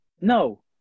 No